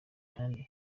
kandi